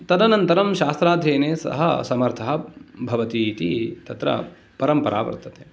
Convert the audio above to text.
तदनन्तरं शास्त्राध्ययने सः समर्थः भवति इति तत्र परम्परा वर्तते